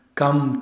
come